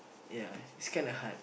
ya is kind of hard